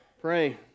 pray